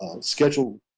scheduled